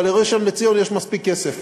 אבל לראשון-לציון יש מספיק כסף,